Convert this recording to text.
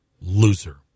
loser